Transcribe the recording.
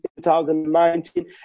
2019